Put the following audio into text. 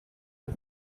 and